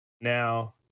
now